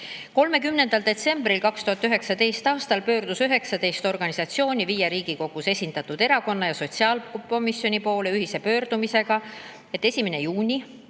30. detsembril 2019. aastal pöördus 19 organisatsiooni viie Riigikogus esindatud erakonna ja sotsiaalkomisjoni poole ühise pöördumisega, et 1. juuni,